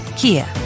Kia